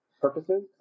purposes